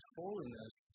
holiness